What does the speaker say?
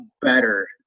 better